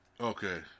okay